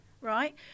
right